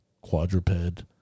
quadruped